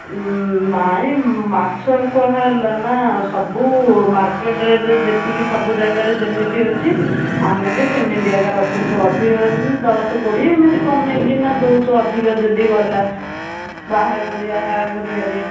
ନାଇଁ ମାଛ କ'ଣ ହେଲାନା ସବୁ ମାର୍କେଟ୍ ରେଟ୍ ଯେତିକି ସବୁ ଜାଗାରେ ଯେମିତି ଅଛି ଆମେ ବି ସେମିତି ଜାଗାରେ ରଖୁଛୁ ଅଧିକ ରଖୁନୁ ଦଶ କୋଡ଼ିଏ ଏମିତି କମେଇକିନା ଦେଉଛୁ ଅଧିକ ଯଦି ଗଲା ବାହାଘରିଆ ଫାଘରିଆରେ